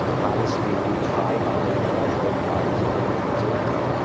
high-speed, high-volume, large-weight problems of moving things around.